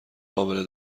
قابل